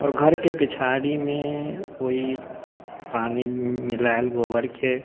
आओर घरके पिछाड़ीमे ओइ पानि मिलायल गोबरके